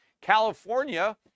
California